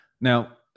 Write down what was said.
Now